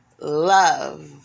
love